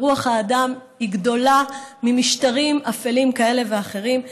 שרוח האדם היא גדולה ממשטרים אפלים כאלה ואחרים,